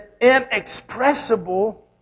inexpressible